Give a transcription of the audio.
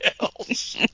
else